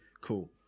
cool